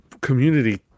community